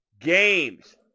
games